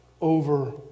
over